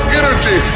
energy